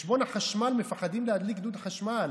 חשבון החשמל, מפחדים להדליק דוד חשמל,